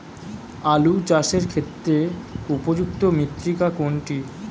আলু চাষের ক্ষেত্রে উপযুক্ত মৃত্তিকা কোনটি?